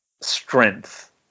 strength